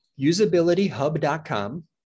Usabilityhub.com